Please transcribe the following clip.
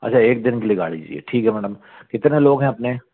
अच्छा एक दिन के लिए गाड़ी चाहिए ठीक है मैडम कितने लोग है अपने